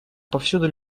повсюду